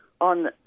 on